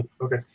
Okay